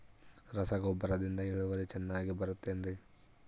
ರಸಗೊಬ್ಬರದಿಂದ ಇಳುವರಿ ಚೆನ್ನಾಗಿ ಬರುತ್ತೆ ಏನ್ರಿ?